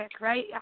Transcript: right